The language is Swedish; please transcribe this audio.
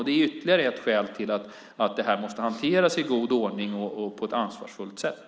Det är ytterligare ett skäl till att det här måste hanteras i god ordning och på ett ansvarsfullt sätt.